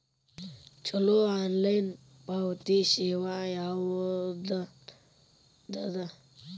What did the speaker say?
ಛಲೋ ಆನ್ಲೈನ್ ಪಾವತಿ ಸೇವಾ ಯಾವ್ದದ?